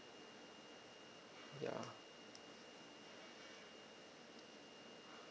ya